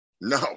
No